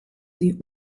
sie